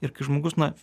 ir kai žmogus na